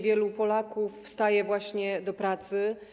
Wielu Polaków wstaje właśnie do pracy.